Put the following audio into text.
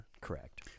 correct